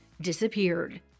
disappeared